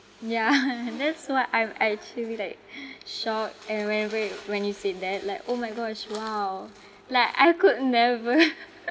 yeah that's why I actually like shocked and when whe~ when you said that like oh my gosh !wow! like I could never